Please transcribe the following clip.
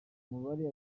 umubare